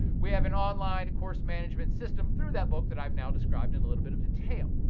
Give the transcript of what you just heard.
we have an online course management system through that book that i've now described in a little bit of detail.